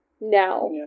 now